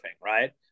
right